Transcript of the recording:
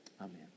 Amen